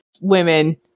women